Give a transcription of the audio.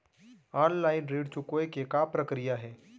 Online ऋण चुकोय के का प्रक्रिया हे?